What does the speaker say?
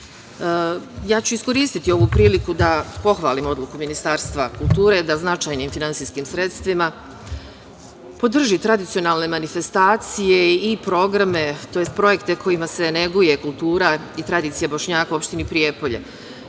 radnici. Iskoristću ovu priliku da pohvalim odluku Ministarstva kulture da značajnim finansijskim sredstvima podrži tradicionalne manifestacije i programe, tj. projekte kojima se neguje kultura i tradicija Bošnjaka u opštini Prijepolje. Tu